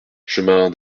chemin